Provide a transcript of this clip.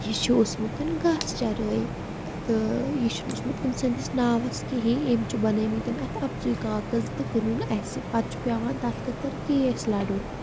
یہِ چھُ اوسمُت گاسہٕ چَرٲے تہٕ یہِ چھِنہٕ اوسمُت تٔمۍ سٕنٛدِس ناوَس کِہیٖنۍ ٲمۍ چھُ بَنٲومٕتۍ اَتھ اَپزُے کاغذ تہٕ کوٚرُن اَسہِ پَتہٕ چھُ پیٚوان تَتھ خٲطر کیس لَڑُن